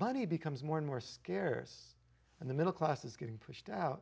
body becomes more and more scarce and the middle class is getting pushed out